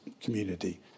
community